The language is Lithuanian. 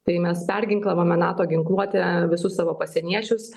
tai mes perginklavome nato ginkluote visus savo pasieniečius